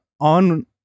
On